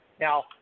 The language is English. Now